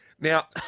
Now